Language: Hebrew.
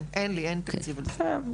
אין תקציב לזה.